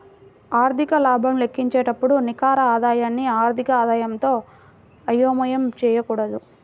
ఆర్థిక లాభం లెక్కించేటప్పుడు నికర ఆదాయాన్ని ఆర్థిక ఆదాయంతో అయోమయం చేయకూడదు